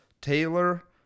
Taylor